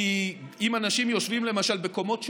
כי אם אנשים יושבים למשל בקומות שונות,